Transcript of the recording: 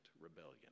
rebellion